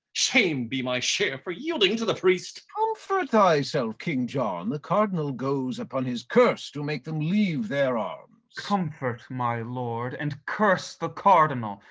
shame be my share for yielding to the priest. comfort thyself, king john, the cardinal goes upon his curse to make them leave their arms. um comfort, my lord, and curse the cardinal,